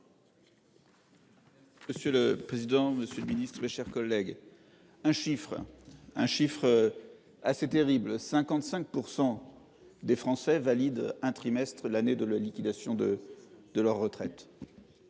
Monsieur le président. Monsieur le Ministre, chers collègues. Un chiffre, un chiffre. Assez terribles. 55%. Des Français valident un trimestres de l'année de la liquidation de de leur retraite.